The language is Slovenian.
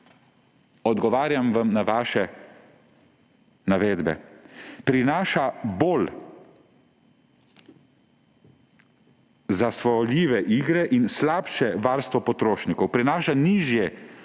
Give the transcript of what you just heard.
odgovarjam vam na vaše navedbe. Prinaša bolj zasvajajoče igre in slabše varstvo potrošnikov, prinaša nižje